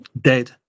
dead